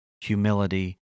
humility